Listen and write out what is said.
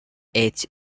each